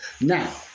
Now